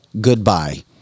goodbye